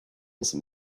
some